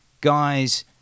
Guys